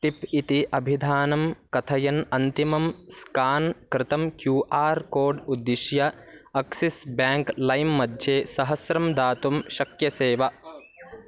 tip इति अभिधानं कथयन् अन्तिमं स्कान् कृतं क्यू आर् कोड् उद्दिश्य अक्सिस् बेङ्क् लैम् मध्ये सहस्रं दातुं शक्यसे वा